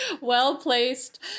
well-placed